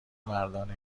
مردان